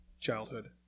childhood